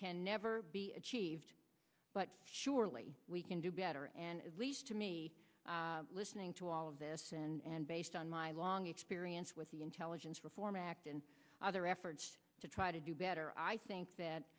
can never be achieved but surely we can do better and least to me listening to all of this and based on my long experience with the intelligence reform act and other efforts to try to do better i think